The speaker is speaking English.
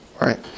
right